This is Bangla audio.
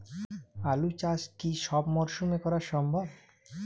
আলু চাষ কি সব মরশুমে করা সম্ভব?